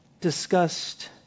discussed